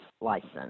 license